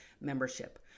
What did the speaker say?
membership